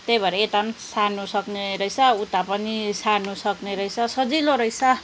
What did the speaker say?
त्यही भएर यता पनि सार्नुसक्ने रहेछ उता पनि सार्नुसक्ने रहेछ सजिलो रहेछ